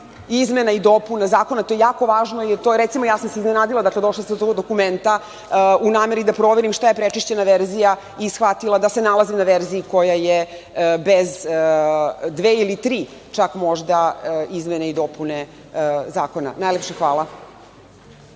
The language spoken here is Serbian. izmena i dopuna zakona. To je jako važno, recimo, ja sam se iznenadila, u nameri da proverim šta je prečišćena verzija i shvatila da se nalazim na verziji koja je bez dve ili tri, bez izmene i dopune zakona. Najlepše hvala.